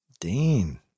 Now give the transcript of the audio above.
Dean